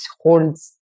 holds